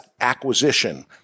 acquisition